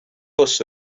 bws